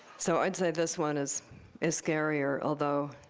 so i'd say this one is is scarier although